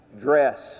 dress